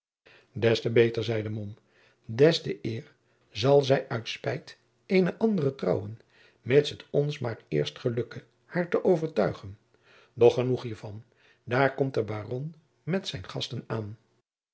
te beter zeide mom des te eer zal zij uit spijt eenen anderen trouwen mits het ons maar eerst gelukke haar te overtuigen doch genoeg hiervan daar komt de baron met zijn gasten aan